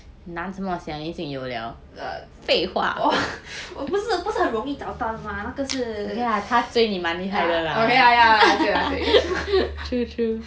我我不是很容易找到的 mah 那个是 yeah oh yeah yeah yeah 对